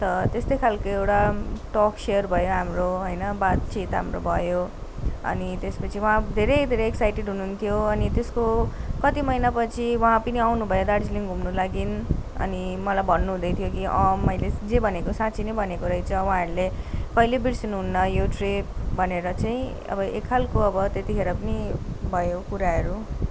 त त्यस्तै खालको एउटा टल्कसेयर भयो हाम्रो होइन बातचित हाम्रो भयो अनि त्यसपछि उहाँ धेरै धेरै एक्साइटेड हुनुहुन्थ्यो अनि त्यसको कति महिनापछि उहाँ पनि आउनुभयो दार्जिलिङ घुम्नु लागि अनि मलाई भन्नुहुँदैथ्यो कि अँ मैले जे भनेको साँच्चै नै भनेको रहेछ उहाँहरूले कहिल्यै बिर्सिनुहुन्न यो ट्रिप भनेर चाहिँ अब एकखालको अब त्यतिखेर पनि भयो कुराहरू